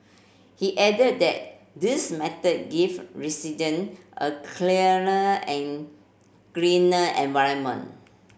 he added that this method give resident a cleaner and greener environment